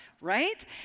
right